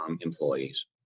employees